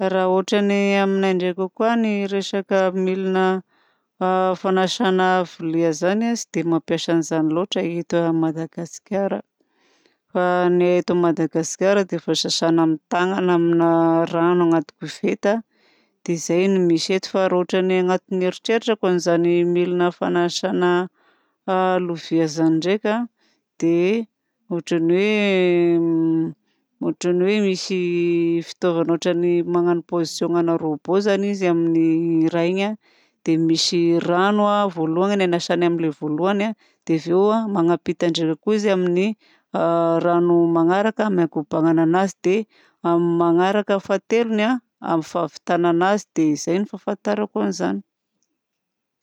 Raha ohatra ny amignay ndraika koa ny resaka milina fanasana vilia zany tsy dia mampiasa an'izany loatra eto Madagasikara. Fa ho agnay eto Madagasikara dia efa sasana amin'ny tagnana amina rano agnaty koveta dia efa zay no misy eto. Raha ohatra ny agnaty ny eritreritrako amin'izany milina fanasana lovia izany ndraika dia ohatran'ny hoe, ohatran'ny hoe misy fitaovana ohatran'ny hoe magnano position ana robot zany izy amin'ny raha iny a, dia misy rano voalohany hanasany amin'ilay voalohany. Dia avy eo manampita ndraika koa izy amin'ny rano manaraka hanakobanana anazy dia amin'ny manaraka amin'ny fahatelony amin'ny fahavitana anazy dia zay no fahafantarako anzany.